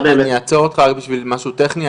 אני אעצור אותך רק בשביל משהו טכני,